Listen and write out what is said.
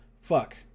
fuck